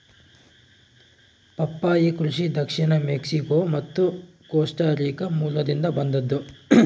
ಪಪ್ಪಾಯಿ ಕೃಷಿ ದಕ್ಷಿಣ ಮೆಕ್ಸಿಕೋ ಮತ್ತು ಕೋಸ್ಟಾರಿಕಾ ಮೂಲದಿಂದ ಬಂದದ್ದು